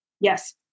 Yes